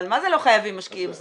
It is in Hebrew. אבל מה זה לא חייבים משקיעים זרים?